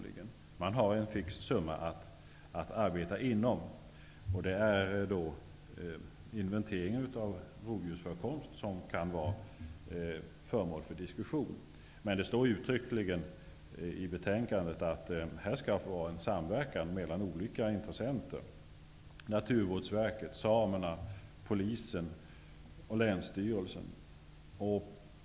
Det finns en fix summa att fördela. Inventeringar av rovdjursförekomst kan då vara föremål för diskussion. I betänkandet står uttryckligen att samverkan skall råda mellan olika intressenter såsom Naturvårdsverket, samerna, Polisen och Länsstyrelsen.